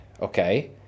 okay